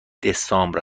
دسامبر